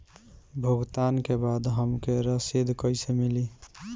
भुगतान के बाद हमके रसीद कईसे मिली?